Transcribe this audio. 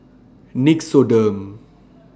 Nixoderm